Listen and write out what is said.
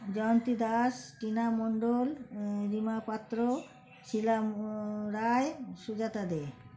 জয়ন্তী Das Tina Mondal Rima Patra Sheela Roy Sujata দে